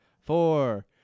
four